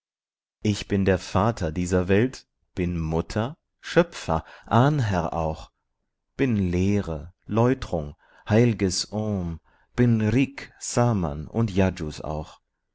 ich bin der vater dieser welt bin mutter schöpfer ahnherr auch bin lehre läutrung heilges om bin rik sman und yajus auch